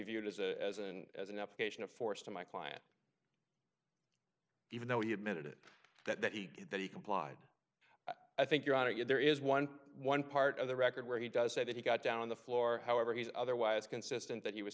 viewed as a as an application of force to my client even though he admitted that he did that he complied i think your honor you there is one one part of the record where he does say that he got down on the floor however he's otherwise consistent that he was